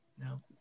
No